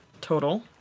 total